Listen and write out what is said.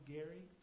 Gary